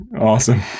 Awesome